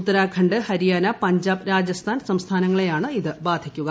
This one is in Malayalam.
ഉത്തരാഖണ്ഢ് ഹരിയാന പഞ്ചാബ് രാജസ്ഥാൻ സംസ്ഥാനങ്ങളെയാണ് ഇത് ബാധിക്കുക